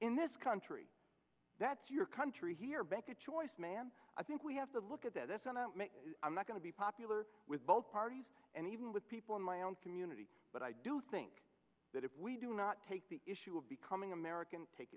in this country that's your country hear back a choice man i think we have to look at this and i'm not going to be popular with both parties and even with people in my own community but i do think that if we do not take the issue of becoming american take